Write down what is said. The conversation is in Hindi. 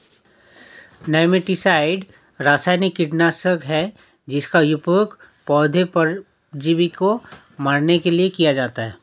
नेमैटिसाइड रासायनिक कीटनाशक है जिसका उपयोग पौधे परजीवी को मारने के लिए किया जाता है